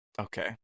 Okay